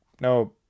no